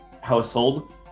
household